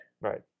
Right